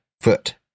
foot